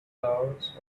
flowers